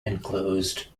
enclosed